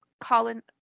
Colin